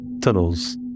Tunnels